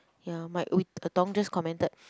ya my just commented